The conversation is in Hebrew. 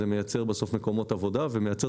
זה מייצר בסוף מקומות עבודה ומייצר